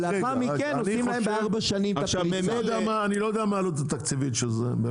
ולאחר מכן --- אני לא יודע מה העלות התקציבית של זה.